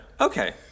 Okay